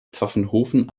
pfaffenhofen